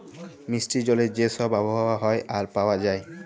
মিষ্টি জলের যে ছব আবহাওয়া হ্যয় আর পাউয়া যায়